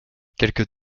quelque